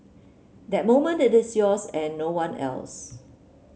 that moment it is yours and no one else